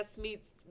meets